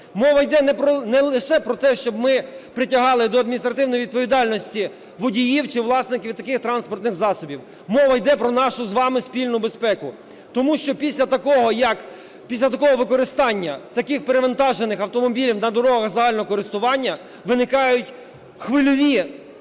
Мова іде не лише про те, щоб ми притягали до адміністративної відповідальності водіїв чи власників таких транспортних засобів, мова іде про нашу з вами спільну безпеку, тому що після такого використання, таких перевантажених автомобілів на дорогах загального користування виникають хвильові